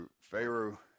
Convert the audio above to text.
Pharaoh